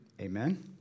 Amen